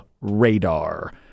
radar